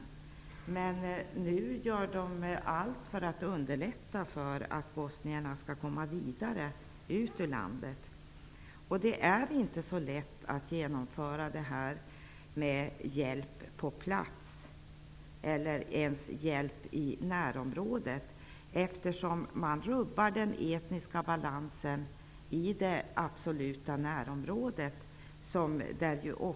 Nu gör man i stället allt för att underlätta så att bosnierna kan komma vidare ut ur landet. Det är inte så lätt att genomföra det här med hjälp på plats eller i närområdet, eftersom man rubbar den etniska balansen i det absoluta närområdet.